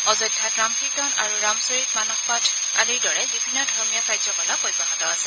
অযোধ্যাত ৰাম কীৰ্ত্তন আৰু ৰামচৰিত মানস পাঠ আদিৰ দৰে বিভিন্ন ধৰ্মীয় কাৰ্যকলাপ অব্যাহত আছে